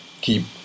keep